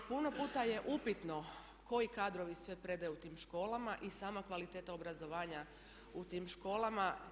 Puno puta je upitno koji kadrovi sve predaju u tim školama i sama kvaliteta obrazovanja u tim školama.